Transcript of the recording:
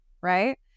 right